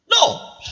No